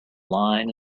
line